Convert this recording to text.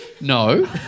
No